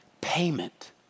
payment